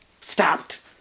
stopped